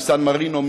מסן מרינו,